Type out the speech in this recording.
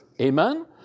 Amen